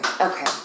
okay